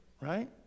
right